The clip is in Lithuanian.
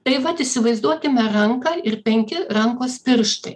taip vat įsivaizduokime ranką ir penki rankos pirštai